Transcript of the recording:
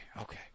okay